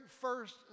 first